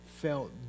felt